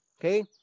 okay